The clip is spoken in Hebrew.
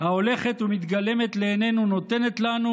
ההולכת ומתגלמת לעינינו נותנת לנו,